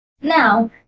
Now